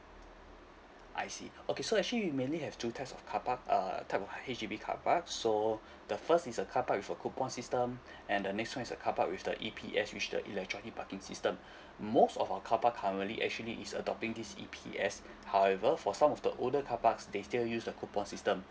I see okay so actually we mainly have two types of car park uh type of H_D_B car park so the first is a car park with a coupon system and the next one is a car park with the E_P_S which is the electronic parking system most of our car park currently actually is adopting this E_P_S however for some of the older car parks they still use the coupon system